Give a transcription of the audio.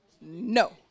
No